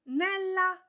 nella